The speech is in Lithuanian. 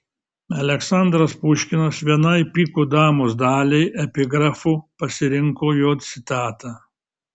aleksandras puškinas vienai pikų damos daliai epigrafu pasirinko jo citatą